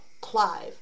Clive